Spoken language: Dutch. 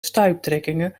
stuiptrekkingen